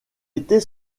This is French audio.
était